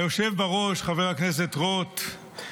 היושב בראש חבר הכנסת רוט,